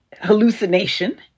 hallucination